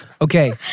Okay